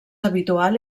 habitual